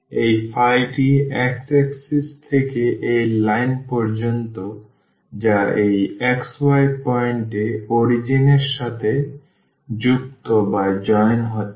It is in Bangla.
এই phi টি x axis থেকে এই লাইন পর্যন্ত যা এই xy পয়েন্ট এ অরিজিন এর সাথে যুক্ত হচ্ছে